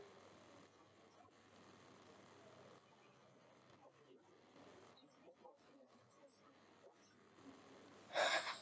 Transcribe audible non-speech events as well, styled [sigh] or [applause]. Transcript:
[laughs]